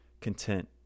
content